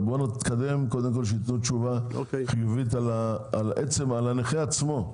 נתקדם שקודם כל ייתנו תשובה חיובית על הנכה עצמו,